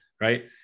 right